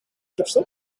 isaac